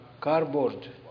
cardboard